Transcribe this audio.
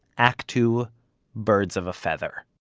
act two birds of a feather